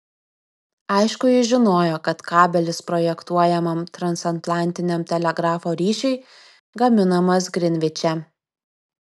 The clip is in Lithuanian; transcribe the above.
aišku jis žinojo kad kabelis projektuojamam transatlantiniam telegrafo ryšiui gaminamas grinviče